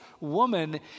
woman